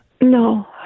No